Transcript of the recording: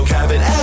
Cabin